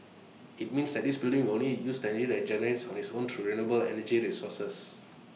IT means that this building will only use the energy that IT generates on its own through renewable energy sources